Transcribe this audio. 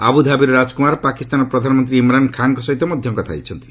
ଆବୁଧାବିର ରାଜକୁମାର ପାକିସ୍ତାନର ପ୍ରଧାନମନ୍ତ୍ରୀ ଇମ୍ରାନ ଖାନଙ୍କ ସହିତ ମଧ୍ୟ କଥା ହୋଇଛନ୍ତି